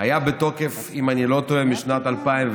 היה בתוקף, אם אני לא טועה, משנת 2004,